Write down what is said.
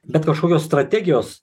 bet kažkokios strategijos